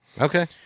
Okay